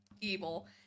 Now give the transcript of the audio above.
evil